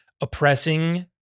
oppressing